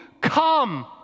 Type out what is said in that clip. come